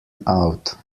out